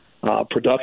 production